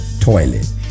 toilet